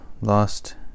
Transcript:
lost